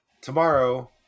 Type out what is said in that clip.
tomorrow